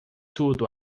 tudo